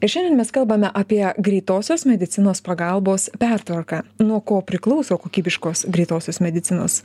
ir šiandien mes kalbame apie greitosios medicinos pagalbos pertvarką nuo ko priklauso kokybiškos greitosios medicinos